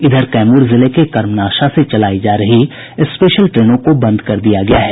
इधर कैमूर जिले के कर्मनाशा से चलायी जा रही स्पेशल ट्रेनों को बंद कर दिया गया है